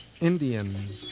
Indians